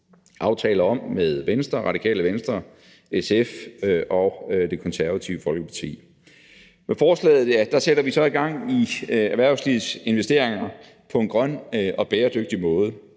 indgået med Venstre, Radikale Venstre, SF og Det Konservative Folkeparti. Med forslaget sætter vi så gang i erhvervslivets investeringer på en grøn og bæredygtig måde.